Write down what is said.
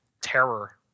Terror